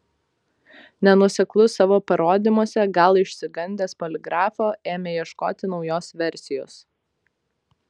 nenuoseklus savo parodymuose gal išsigandęs poligrafo ėmė ieškoti naujos versijos